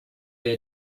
they